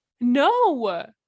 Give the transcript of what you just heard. no